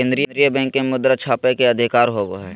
केन्द्रीय बैंक के मुद्रा छापय के अधिकार होवो हइ